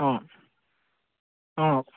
অঁ অঁ